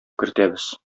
кертәбез